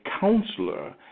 counselor